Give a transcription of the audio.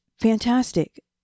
fantastic